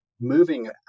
moving